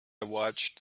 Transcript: watched